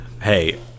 Hey